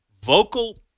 vocal